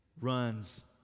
runs